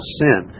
sin